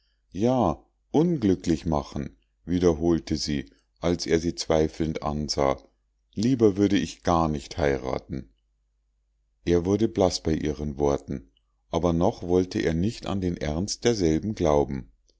ja unglücklich machen wiederholte sie als er sie zweifelnd ansah lieber würde ich gar nicht heiraten er wurde blaß bei ihren worten aber noch wollte er nicht an den ernst derselben glauben